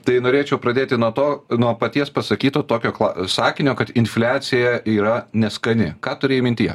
tai norėčiau pradėti nuo to nuo paties pasakyto tokio sakinio kad infliacija yra neskani ką turėjai mintyje